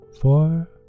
four